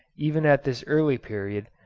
even at this early period,